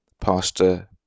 Pastor